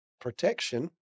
protection